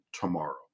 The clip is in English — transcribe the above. tomorrow